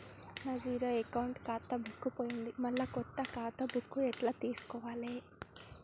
నా zero account ఖాతా book పోయింది మళ్ళా కొత్త ఖాతా బుక్కు ఎట్ల తీసుకోవాలే?